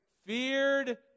Feared